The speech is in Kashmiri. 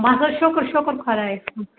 بُس حظ شُکُر شُکُر خۄدایَس کُن